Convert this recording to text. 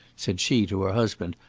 said she to her husband,